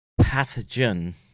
pathogen